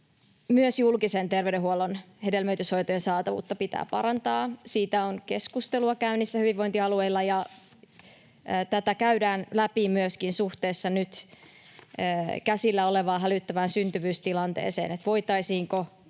myös julkisen terveydenhuollon hedelmöityshoitojen saatavuutta pitää parantaa. Siitä on keskustelua käynnissä hyvinvointialueilla, ja tätä käydään läpi myöskin suhteessa nyt käsillä olevaan hälyttävään syntyvyystilanteeseen: